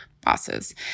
bosses